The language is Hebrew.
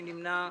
מיעוט נמנעים,